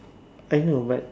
I know but